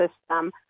system